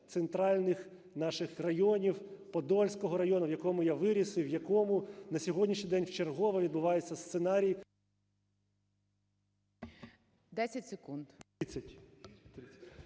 центральних наших районів: Подільського району, в якому я виріс, і в якому на сьогоднішній день вчергове відбувається сценарій…